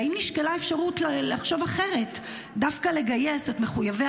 האם נשקלה אפשרות לחשוב אחרת דווקא לגייס את מחויבי